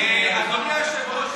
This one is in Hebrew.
אדוני היושב-ראש,